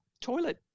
toilet